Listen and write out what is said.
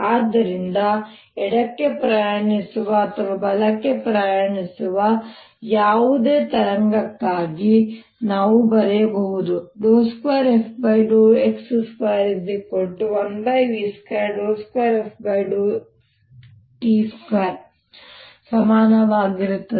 ಆದ್ದರಿಂದ ಎಡಕ್ಕೆ ಪ್ರಯಾಣಿಸುವ ಅಥವಾ ಬಲಕ್ಕೆ ಪ್ರಯಾಣಿಸುವ ಯಾವುದೇ ತರಂಗಕ್ಕಾಗಿ ನಾನು ಬರೆಯಬಹುದು 2fx21v22ft2 ಸಮಾನವಾಗಿರುತ್ತದೆ